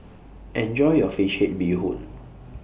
Enjoy your Fish Head Bee Hoon